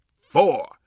four